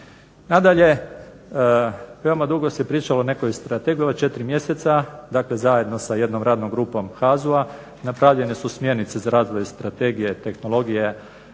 Nadalje, veoma dugo se pričalo o nekoj strategiji ova 4 mjeseca, dakle zajedno sa jednom radnom grupom HAZU-a napravljene su smjernice za razvoj strategije tehnologije